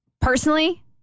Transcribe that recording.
personally